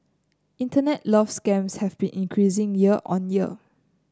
internet love scams have been increasing year on year